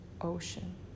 ocean